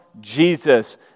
Jesus